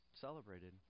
celebrated